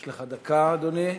יש לך דקה, אדוני.